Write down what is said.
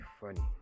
funny